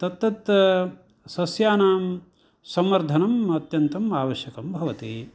तत्तत् सस्यानां संवर्धनम् अत्यन्तम् आवश्यकं भवति